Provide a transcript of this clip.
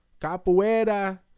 Capoeira